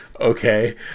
okay